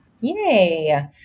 Yay